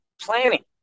planning